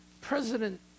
President